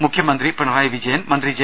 മുഖ്യമന്ത്രി പിണറായി വിജയൻ മന്ത്രി ജെ